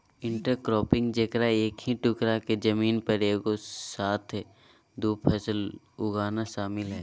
intercropping जेकरा एक ही टुकडा के जमीन पर एगो साथ दु फसल उगाना शामिल हइ